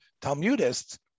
Talmudists